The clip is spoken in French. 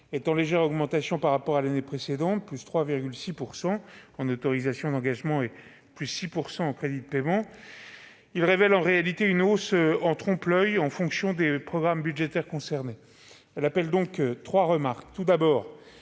en légère augmentation par rapport à l'année précédente, soit +3,6 % en autorisations d'engagement et +6 % en crédits de paiement, il révèle, en réalité, une hausse en trompe-l'oeil en fonction des programmes budgétaire concernés. Cette mission appelle donc trois remarques. Tout d'abord,